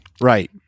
Right